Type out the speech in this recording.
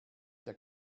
der